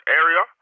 area